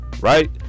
right